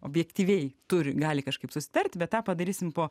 objektyviai turi gali kažkaip susitarti bet tą padarysim po